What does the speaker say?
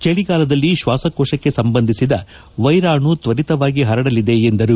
ಚಳಿಗಾಲದಲ್ಲಿ ಶ್ವಾಸಕೋಶಕ್ಕೆ ಸಂಬಂಧಿಸಿದ ವೈರಾಣು ತ್ವರಿತವಾಗಿ ಹರಡಲಿದೆ ಎಂದರು